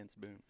boom